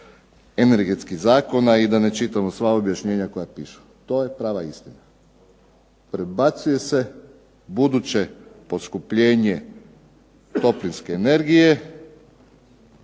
energetskih zakona i da ne čitam sva objašnjenja koja pišu. To je prava istina. Predbacuje se buduće poskupljenje toplinske energije